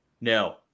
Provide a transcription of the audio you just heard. No